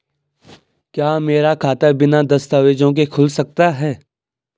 क्या मेरा खाता बिना दस्तावेज़ों के खुल सकता है?